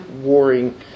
warring